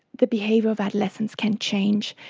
the behaviour of adolescents can change.